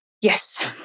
Yes